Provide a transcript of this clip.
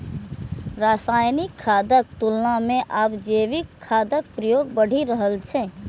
रासायनिक खादक तुलना मे आब जैविक खादक प्रयोग बढ़ि रहल छै